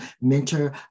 mentor